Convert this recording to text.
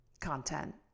content